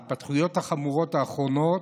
את ההתפתחויות החמורות האחרונות,